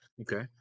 Okay